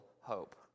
hope